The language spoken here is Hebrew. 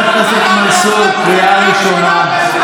חבר הכנסת מנסור, קריאה ראשונה.